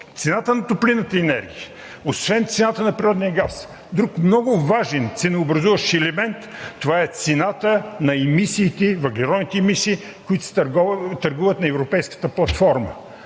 цената на топлинната енергия освен цената на природния газ друг много важен ценообразуващ елемент – това е цената на въглеродните емисии, които се търгуват на Европейската платформа.